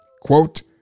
Quote